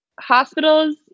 hospitals